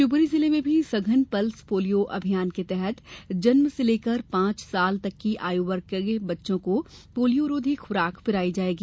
शिवपुरी जिले में भी सघन पल्स पोलियो अभियान के तहत जन्म से लेकर पांच वर्ष आय तक के बच्चों को पोलियोरोधी खुराक पिलाई जायेगी